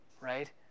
right